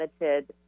limited